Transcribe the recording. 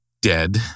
dead